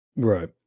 right